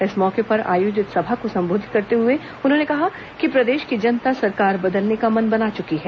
इस मौके पर आयोजित सभा को संबोधित करते हुए उन्होंने कहा कि प्रदेश की जनता सरकार बदलने का मन बना चुकी है